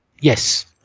yes